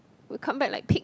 we come back like pig